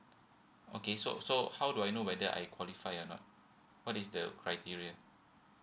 okay so so how do I know whether I qualify or not what is the criteria